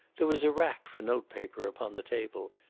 there was a rack for note-paper upon the table,